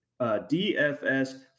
DFS